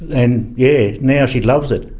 and yeah now she loves it,